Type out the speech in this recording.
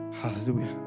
Hallelujah